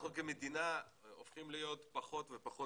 אנחנו כמדינה הופכים להיות פחות ופחות